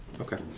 Okay